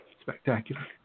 Spectacular